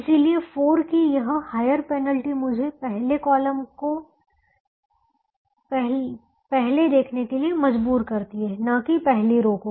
इसलिए 4 कि यह हायर पेनल्टी मुझे पहले कॉलम को पहले देखने के लिए मजबूर करती है न कि पहली रो को